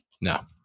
no